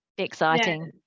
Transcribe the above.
exciting